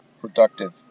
productive